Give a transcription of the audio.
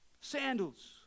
Sandals